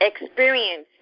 experience